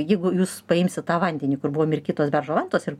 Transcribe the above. jeigu jūs paimsit tą vandenį kur buvo mirkytos beržo vantos ir